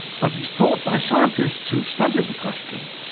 but it's thought by scientists who've studied the question,